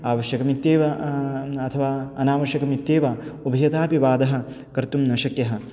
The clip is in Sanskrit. आवश्यकम् इत्येव अथवा अनावश्यकम् इत्येव उभयता अपि वादः कर्तुं न शक्यः